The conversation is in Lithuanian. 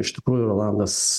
iš tikrųjų rolandas